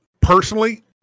personally